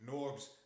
Norbs